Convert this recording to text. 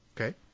okay